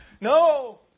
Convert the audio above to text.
No